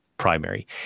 primary